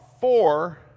four